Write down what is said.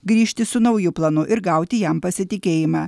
grįžti su nauju planu ir gauti jam pasitikėjimą